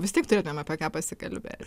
vis tiek turėtumėm apie ką pasikalbė